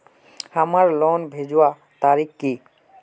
हमार लोन भेजुआ तारीख की?